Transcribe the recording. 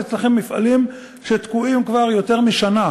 יש מפעלים שתקועים אצלכם כבר יותר משנה,